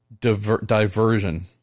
diversion